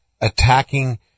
attacking